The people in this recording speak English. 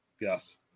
Yes